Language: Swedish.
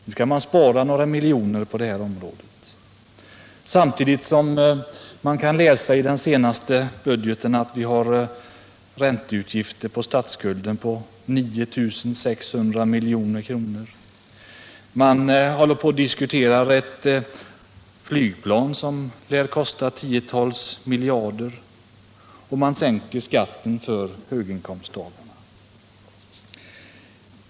Nu skall man spara några miljoner på det här området — samtidigt som vi kan läsa i den senaste budgeten att ränteutgifterna på statsskulden är 9 600 milj.kr. Man diskuterar också ett flygplan som lär kosta tiotals miljarder, och man sänker skatten för höginkomsttagare.